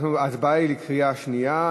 ההצבעה היא בקריאה שנייה.